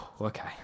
okay